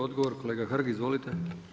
Odgovor kolega Hrg, izvolite.